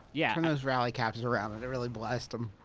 yeah and those rally caps around, and really blast em.